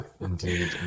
Indeed